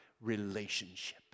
relationship